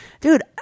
dude